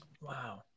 Wow